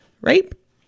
rape